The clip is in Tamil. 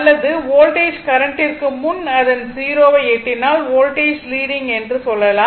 அல்லது வோல்டேஜ் கரண்ட்டிற்கு முன் அதன் 0 ஐ எட்டினால் வோல்டேஜ் லீடிங் என்று சொல்லலாம்